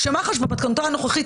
כשמח"ש במתכונתה הנוכחית,